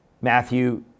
Matthew